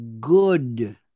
good